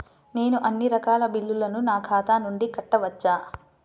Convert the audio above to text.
నేను అన్నీ రకాల బిల్లులను నా ఖాతా నుండి కట్టవచ్చా?